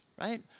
right